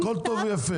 הכול טוב ויפה.